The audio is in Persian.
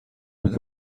میدم